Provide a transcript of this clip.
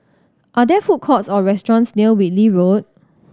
are there food courts or restaurants near Whitley Road